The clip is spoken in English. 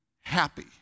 happy